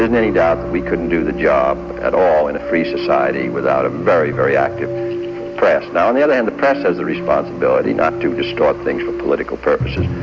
any doubt that we couldn't do the job at all in a free society without a very, very active press. now, on the other hand, the press has a responsibility not to distort things for political purposes,